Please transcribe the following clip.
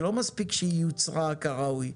זה לא מספיק שהיא יוצרה כראוי,